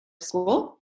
school